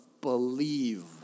believe